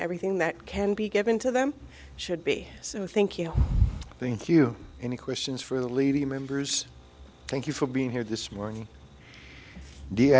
everything that can be given to them should be so thank you thank you any questions for the levy members thank you for being here this morning d